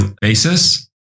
basis